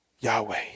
Yahweh